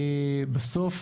בסוף